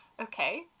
Okay